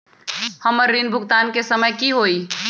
हमर ऋण भुगतान के समय कि होई?